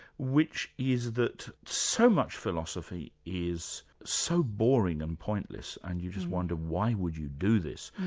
which is that so much philosophy is so boring and pointless, and you just wonder why would you do this,